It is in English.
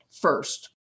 first